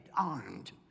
armed